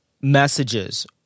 messages